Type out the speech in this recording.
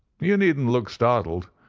you needn't look startled.